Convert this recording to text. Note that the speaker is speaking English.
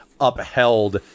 upheld